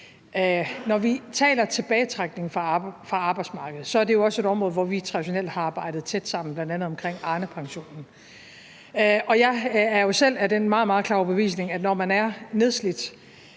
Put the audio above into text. Når vi taler om tilbagetrækning fra arbejdsmarkedet, er det jo også et område, hvor vi traditionelt har arbejdet tæt sammen, bl.a. omkring Arnepensionen. Og jeg er jo selv af den meget, meget klare overbevisning, at når man er nedslidt